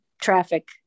traffic